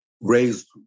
raised